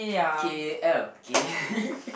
K_L K